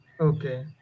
okay